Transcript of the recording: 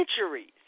centuries